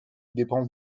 dépenses